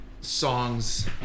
songs